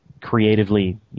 creatively